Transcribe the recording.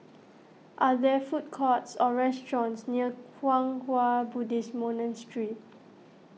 are there food courts or restaurants near Kwang Hua Buddhist Monastery